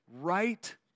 right